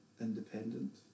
independent